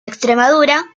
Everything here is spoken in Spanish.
extremadura